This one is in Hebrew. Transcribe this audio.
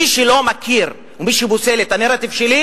מי שלא מכיר ומי שפוסל את הנרטיב שלי,